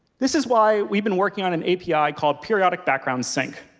this is why we've been working on an api call periodic background sync.